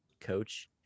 coach